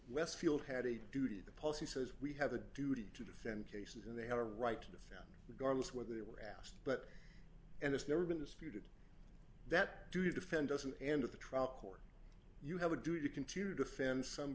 westfield had a duty the policy says we have a duty to defend cases and they have a right to defend the garments where they were asked but and it's never been disputed that due to defend doesn't end of the trial court you have a duty to continue to defend some